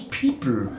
people